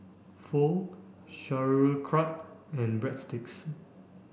Pho Sauerkraut and Breadsticks